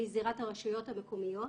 והיא זירת הרשויות המקומיות